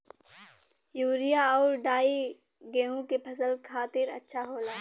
urea आउर डाई गेहूं के फसल खातिर अच्छा होला